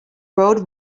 road